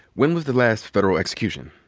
when was the last federal execution?